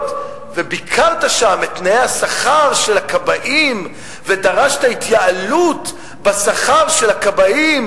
וביקרת שם את תנאי השכר של הכבאים ודרשת התייעלות בשכר הכבאים.